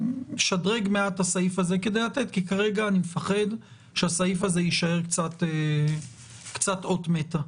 לשדרג מעט את הסעיף הזה כי כרגע אני מפחד שהסעיף הזה יישאר קצת אות מתה,